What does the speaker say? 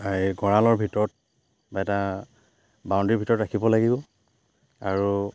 এই গঁৰালৰ ভিতৰত বা এটা বাউণ্ডেৰীৰ ভিতৰত ৰাখিব লাগিব আৰু